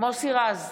מוסי רז,